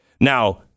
Now